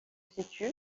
situe